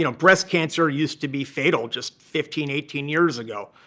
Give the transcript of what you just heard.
you know breast cancer used to be fatal just fifteen, eighteen years ago,